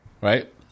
right